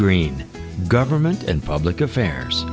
three government and public affairs